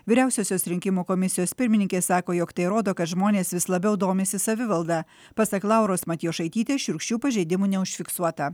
vyriausiosios rinkimų komisijos pirmininkė sako jog tai rodo kad žmonės vis labiau domisi savivalda pasak lauros matjošaitytės šiurkščių pažeidimų neužfiksuota